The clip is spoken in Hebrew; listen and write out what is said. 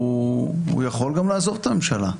הוא יכול גם לעזוב את הממשלה.